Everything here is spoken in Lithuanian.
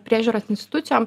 priežiūros institucijoms